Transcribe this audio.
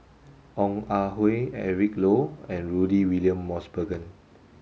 Ong Ah Hoi Eric Low and Rudy William Mosbergen